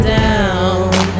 down